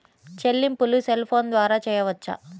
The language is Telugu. చెల్లింపులు సెల్ ఫోన్ ద్వారా చేయవచ్చా?